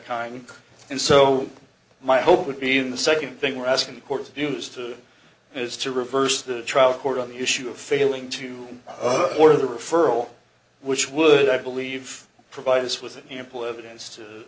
kind and so my hope would be the second thing we're asking the court to do is to is to reverse the trial court on the issue of failing to order the referral which would i believe provide us with